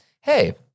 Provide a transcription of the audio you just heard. hey